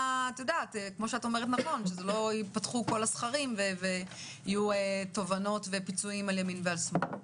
מפתיחת סכרים של בקשות פיצויים על ימין והשמאל.